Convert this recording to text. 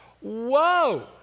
Whoa